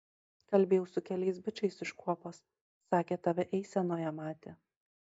kalbėjau su keliai bičais iš kuopos sakė tave eisenoje matė